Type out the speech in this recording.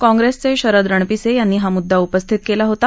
काँप्रेसचे शरद रणपिसे यांनी हा मुद्दा उपस्थित केला होता